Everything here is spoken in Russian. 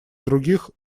других